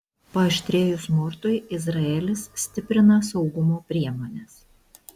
paaštrėjus smurtui izraelis stiprina saugumo priemones